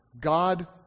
god